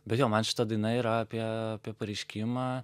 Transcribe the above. bet jo man šita daina yra apie apie pareiškimą